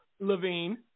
Levine